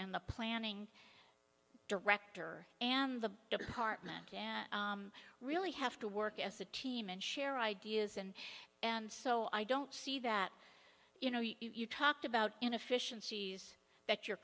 and the planning director and the department really have to work as a team and share ideas and and so i don't see that you know you talked about inefficiencies that you're